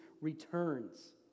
returns